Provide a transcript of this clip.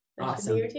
Awesome